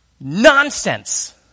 nonsense